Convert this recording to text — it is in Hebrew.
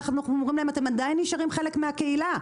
אנחנו אומרים להם: אתם עדיין נשארים חלק מהקהילה,